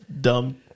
Dumb